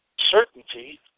certainty